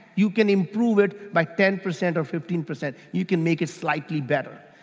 you can improve it by ten percent or fifteen percent. you can make it slightly better.